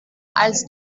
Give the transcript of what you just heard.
als